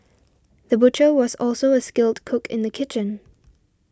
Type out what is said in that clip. the butcher was also a skilled cook in the kitchen